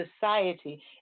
society